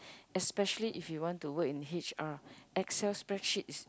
especially if you want to work in H_R Excel spreadsheet is